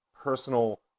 personal